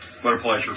pleasure